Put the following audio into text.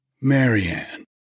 Marianne